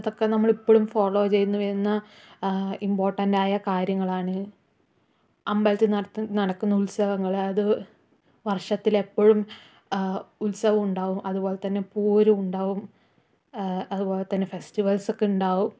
അതൊക്ക നമ്മള് ഇപ്പളും ഫോളോ ചെയ്യുന്നു എന്ന ആ ഇമ്പോർട്ടൻറ്റായ കാര്യങ്ങളാണ് അമ്പലത്തി നടത്ത് നടക്കുന്ന ഉത്സവങ്ങള് അത് വർഷത്തിലെ എപ്പോഴും ഉത്സവം ഉണ്ടാവും അതുപോലെ തന്നെ പൂരം ഉണ്ടാവും അതുപോലെ തന്നെ ഫെസ്റ്റിവൽസക്കെ ഉണ്ടാവും